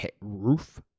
Roof